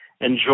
enjoy